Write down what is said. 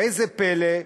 וראה זה פלא,